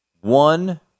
one –